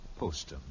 Postum